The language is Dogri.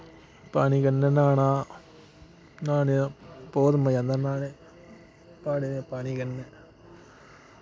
पानी कन्नै न्हाना न्हाने दा बोह्त मजा आंदा न्हाने प्हाड़ें दे पानी कन्नै